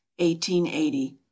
1880